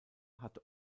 hatte